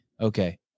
okay